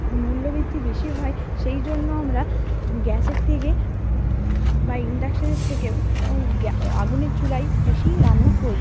মূল্যবৃদ্ধি বেশি হয় সেই জন্য আমরা গ্যাসের থেকে বা ইণ্ডাকশানের থেকেও আগুনের চুলায় বেশি রান্না করি